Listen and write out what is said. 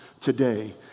today